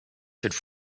should